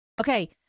Okay